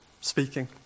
speaking